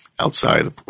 outside